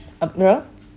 அப்புறம்:appuram